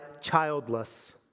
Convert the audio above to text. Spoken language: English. childless